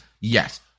Yes